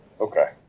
Okay